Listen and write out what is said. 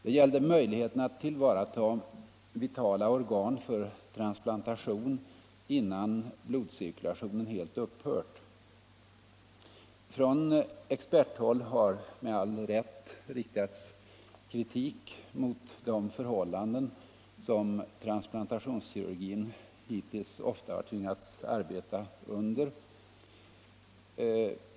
Det gällde möjligheten att tillvarata vitala organ för transplantation innan blodceirkulationen helt upphört. Från experthåll har med all rätt riktats kritik mot de förhållanden som transplantationskirurgin hittills ofta har tvingats arbeta under.